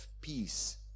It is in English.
peace